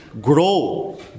grow